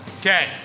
Okay